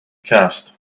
cast